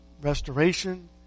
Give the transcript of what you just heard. restoration